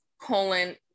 colon